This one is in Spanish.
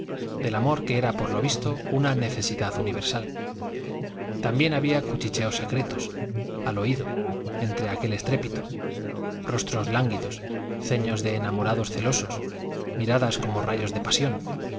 del amor que era por lo visto una necesidad universal también había cuchicheos secretos al oído entre aquel estrépito rostros lánguidos ceños de enamorados celosos miradas como rayos de pasión